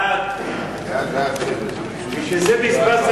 ההצעה להעביר את הנושא